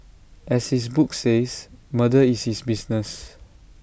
as his book says murder is his business